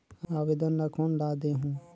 आवेदन ला कोन ला देहुं?